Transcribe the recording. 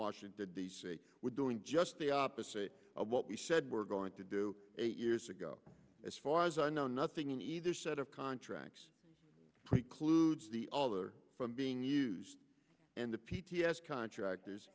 washington d c we're doing just the opposite of what we said we're going to do eight years ago as far as i know nothing in either set of contracts precludes the all or from being used and the p t s contractors